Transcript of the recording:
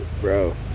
bro